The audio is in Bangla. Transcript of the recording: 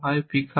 pickup b